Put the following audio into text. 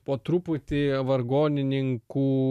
po truputį vargonininkų